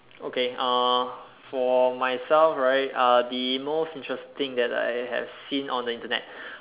okay uh for myself right uh the most interesting that I have seen on the Internet